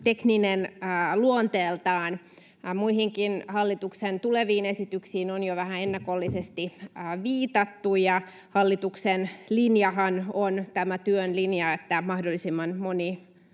toki on luonteeltaan tekninen. Muihinkin hallituksen tuleviin esityksiin on jo vähän ennakollisesti viitattu, ja hallituksen linjahan on tämä työn linja, että mahdollisimman moni